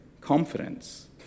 confidence